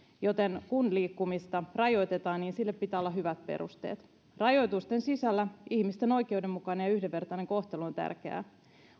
joten kun liikkumista rajoitetaan sille pitää olla hyvät perusteet rajoitusten sisällä ihmisten oikeudenmukainen ja yhdenvertainen kohtelu on tärkeää